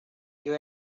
you